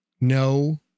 No